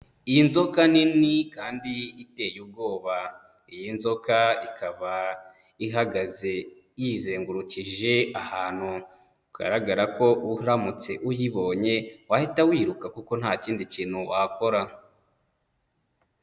Inzoka nini kandi iteye ubwoba, iyi nzoka ikaba ihagaze yizengurukije ahantu, bigaragara ko uramutse uyibonye wahita wiruka kuko ntakindi kintu wakora.